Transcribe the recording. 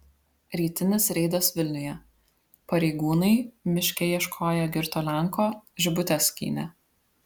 rytinis reidas vilniuje pareigūnai miške ieškoję girto lenko žibutes skynė